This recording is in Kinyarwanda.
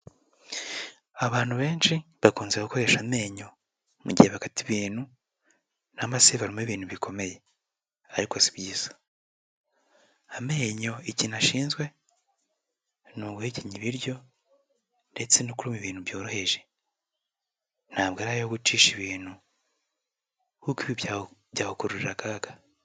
Abantu benshi bakunze gukoresha amenyo, mu gihe bakata ibintu cyangwa se iyo baruma ibintu bikomeye ariko si byiza. Amenyo ikintu ashinzwe ni uguhekeya ibiryo, ndetse no kurya ibintu byoroheje, ntabwo ari ayo gucisha ibintu kuko ibi byagukururira akaga.